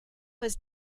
was